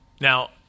Now